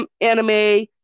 anime